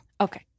okay